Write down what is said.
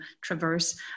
traverse